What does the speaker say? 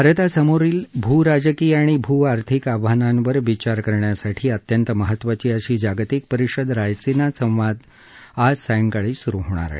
भारतासमोरील भू राजकीय आणि भू आर्थिक आव्हानांवर विचार करण्यासाठी अत्यंत महत्वाची अशी जागतिक परिषद रायसिना संवाद आज सायंकाळी सुरू होणार आहे